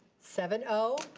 seven, oh.